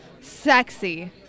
Sexy